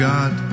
God